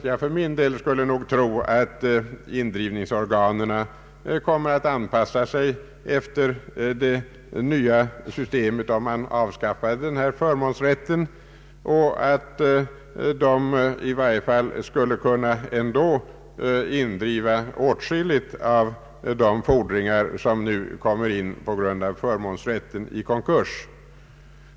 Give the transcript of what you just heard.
Jag för min del tror emellertid att indrivningsorganen kommer att anpassa sig till det nya systemet, om man avskaffar den här förmånsrätten, och att de ändå skulle kunna indriva en hel del av de fordringar som nu drivs in på grund av förmånsrätten vid konkurs.